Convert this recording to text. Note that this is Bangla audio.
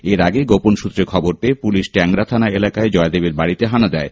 এর আগে গোপন সৃত্রে খবর পেয়ে পুলিশ ট্যাংরা থানা এলাকায় জয়দেবের বাড়িতে হানা দেয়